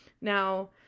Now